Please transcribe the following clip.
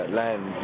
land